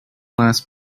last